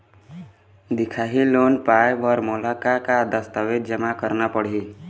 दिखाही लोन पाए बर मोला का का दस्तावेज जमा करना पड़ही?